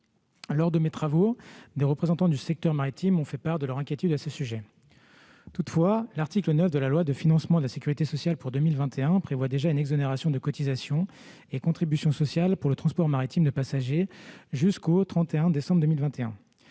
Lors de mes travaux, des représentants du secteur maritime m'ont fait part de leurs inquiétudes à ce sujet. Toutefois, l'article 9 de la loi de financement de la sécurité sociale pour 2021 prévoit déjà une exonération de cotisations et de contributions sociales pour le transport maritime de passagers jusqu'au 31 décembre 2021.